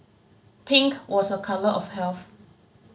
pink was a colour of health